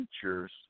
features